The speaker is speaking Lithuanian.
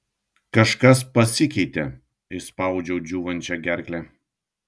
kažkas pasikeitė išspaudžiau džiūvančia gerkle